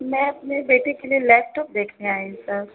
میں اپنے بیٹے کے لیے لیپٹاپ دیکھنے آئی ہوں سر